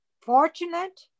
fortunate